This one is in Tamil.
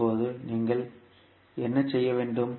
இப்போது நீங்கள் என்ன செய்ய வேண்டும்